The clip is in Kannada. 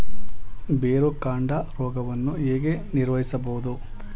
ಬೇರುಕಾಂಡ ರೋಗವನ್ನು ಹೇಗೆ ನಿರ್ವಹಿಸಬಹುದು?